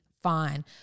fine